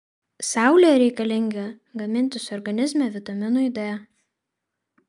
saulė reikalinga gamintis organizme vitaminui d